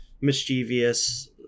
mischievous